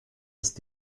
ist